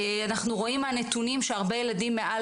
אנחנו רואים מהנתונים שהרבה ילדים מעל